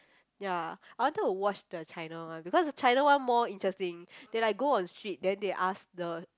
ya I wanted to watch the China one because China one more interesting they like go on street then they ask the